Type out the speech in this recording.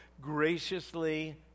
graciously